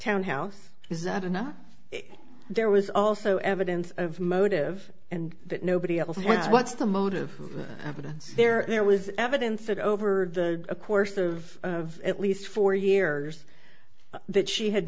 townhouse is that enough there was also evidence of motive and that nobody else wants what's the motive evidence there there was evidence that over the course of at least four years that she had